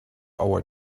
our